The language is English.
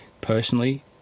personally